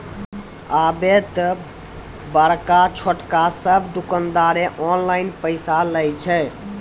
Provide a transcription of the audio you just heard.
आबे त बड़का छोटका सब दुकानदारें ऑनलाइन पैसा लय छै